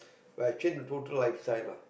but I change a total lifestyle lah